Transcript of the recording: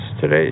today